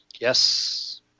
Yes